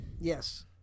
yes